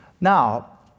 Now